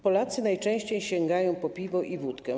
Polacy najczęściej sięgają po piwo i wódkę.